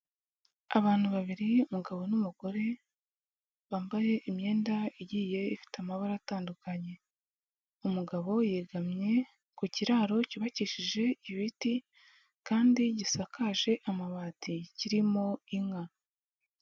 Abantu babiri umugabo n'umugore, bambaye imyenda igiye ifite amabara atandukanye, umugabo yegamye ku kiraro cyubakishije ibiti kandi gisakaje amabati kirimo inka.